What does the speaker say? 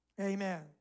Amen